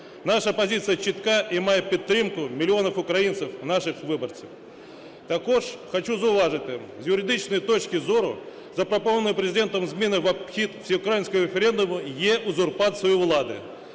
Наша позиція чітка і має підтримку мільйонів українців - наших виборців. Також хочу зауважити, з юридичної точки зору запропоновані Президентом зміни в обхід всеукраїнського референдуму є узурпацією влади.